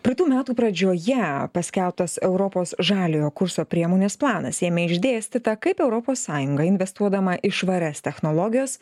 praeitų metų pradžioje paskelbtas europos žaliojo kurso priemonės planas jame išdėstyta kaip europos sąjunga investuodama į švarias technologijas